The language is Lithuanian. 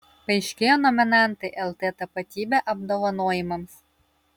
paaiškėjo nominantai lt tapatybė apdovanojimams